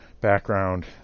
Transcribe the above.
background